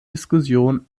diskussion